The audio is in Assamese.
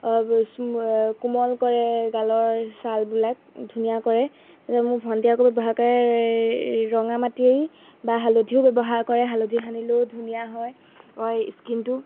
কোমল কৰে গালৰ ছালবিলাক ধুনীয়া কৰে মোৰ ভণ্টিয়ে আকৌ ব্যৱহাৰ কৰে ৰঙা মাটি বা হালধিও ব্যৱহাৰ কৰে হালধি সানিলেও ধুনীয়া হয় স্কিনটো